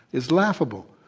is laughable.